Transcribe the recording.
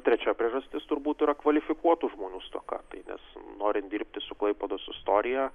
trečia priežastis turbūt yra kvalifikuotų žmonių stoka nes norint dirbti su klaipėdos istorija